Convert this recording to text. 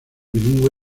bilingüe